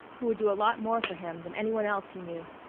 who would do a lot more for him than any one else he knew.